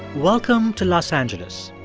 welcome to los angeles,